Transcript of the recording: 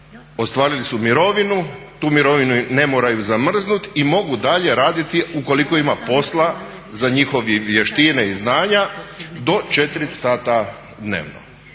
ostvarili su mirovinu, tu mirovinu ne moraju zamrznuti i mogu dalje raditi ukoliko ima posla za njihove vještine i znanja do 4 sata dnevno.